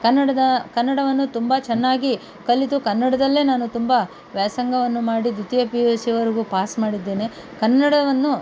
ಕನ್ನಡದ ಕನ್ನಡವನ್ನು ತುಂಬ ಚೆನ್ನಾಗಿ ಕಲಿತು ಕನ್ನಡದಲ್ಲೇ ನಾನು ತುಂಬ ವ್ಯಾಸಂಗವನ್ನು ಮಾಡಿ ದ್ವಿತೀಯ ಪಿ ಯು ಸಿಯವರೆಗೂ ಪಾಸ್ ಮಾಡಿದ್ದೇನೆ ಕನ್ನಡವನ್ನು